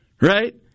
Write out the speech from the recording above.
right